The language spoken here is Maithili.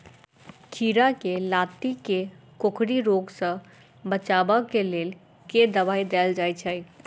खीरा केँ लाती केँ कोकरी रोग सऽ बचाब केँ लेल केँ दवाई देल जाय छैय?